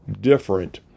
different